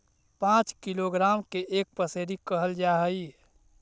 पांच किलोग्राम के एक पसेरी कहल जा हई